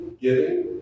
giving